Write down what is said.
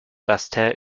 basseterre